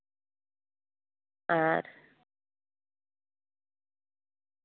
ᱟᱨ